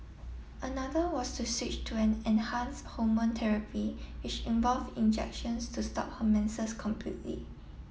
another was to switch to an enhance hormone therapy which involve injections to stop her menses completely